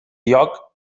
lloc